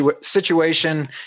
situation